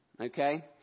okay